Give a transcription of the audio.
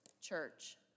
church